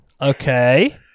Okay